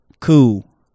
cool